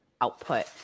output